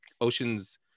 Ocean's